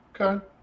Okay